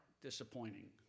disappointing